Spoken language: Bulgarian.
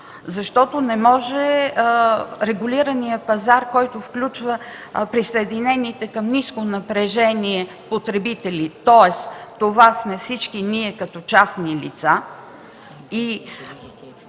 защото не може регулираният пазар, който включва присъединените към ниско напрежение потребители – това сме всички ние като частни лица